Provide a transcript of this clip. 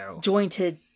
jointed